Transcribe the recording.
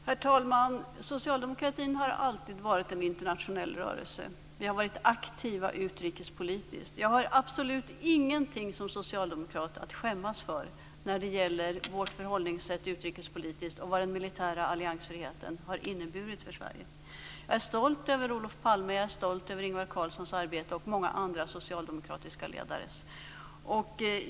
Herr talman! Socialdemokratin har alltid varit en internationell rörelse. Vi har varit aktiva utrikespolitiskt. Jag har som socialdemokrat absolut ingenting att skämmas för när det gäller vårt förhållningssätt utrikespolitiskt och vad den militära alliansfriheten har inneburit för Sverige. Jag är stolt över Olof Palme. Jag är stolt över Ingvar Carlssons arbete och många andra socialdemokratiska ledares arbete.